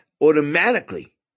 automatically